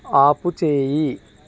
ఆపుచేయి